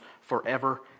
forever